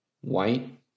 white